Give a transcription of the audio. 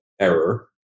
error